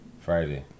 Friday